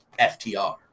FTR